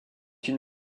une